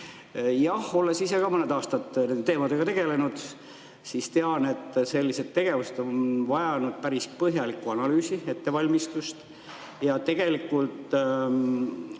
Jah, olles ise ka mõned aastad nende teemadega tegelenud, tean, et sellised tegevused on vajanud päris põhjalikku analüüsi, ettevalmistust. Tegelikult